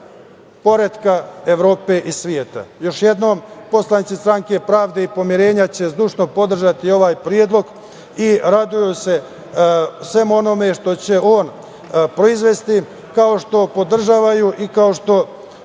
poretka Evrope i sveta. Još jednom, poslanici Stranke pravde i pomirenja će zdušno podržati ovaj predlog i raduju se svemu onome što će on proizvesti, kao što podržavaju i kao što